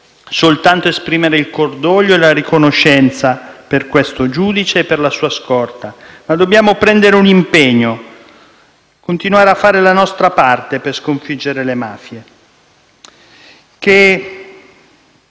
soltanto esprimere il cordoglio e la riconoscenza per questo giudice e per la sua scorta, ma dobbiamo anche assumere un impegno: continuare a fare la nostra parte per sconfiggere le mafie,